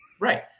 Right